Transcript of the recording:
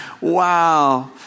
Wow